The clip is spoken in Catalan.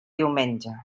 diumenge